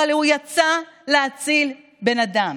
אבל הוא יצא להציל בני אדם,